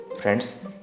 friends